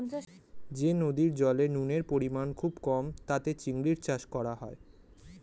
যে নদীর জলে নুনের পরিমাণ খুবই কম তাতে চিংড়ির চাষ করা হয়